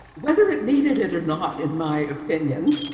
whether it needed it or not, in my opinion,